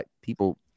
People –